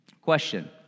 Question